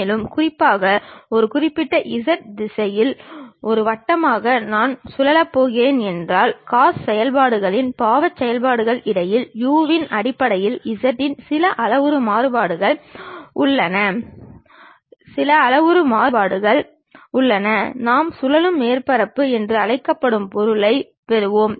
மேலும் குறிப்பாக ஒரு குறிப்பிட்ட z திசையில் ஒரு வட்டமாக நான் சுழலப் போகிறேன் என்றால் காஸ் செயல்பாடுகளின் பாவ செயல்பாடுகளின் அடிப்படையில் u இன் அடிப்படையில் z இன் சில அளவுரு மாறுபாடுகள் உள்ளன நாம் சுழலும் மேற்பரப்புகள் என்று அழைக்கப்படும் பொருளைப் பெறுவோம்